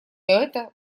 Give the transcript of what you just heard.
это